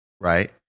right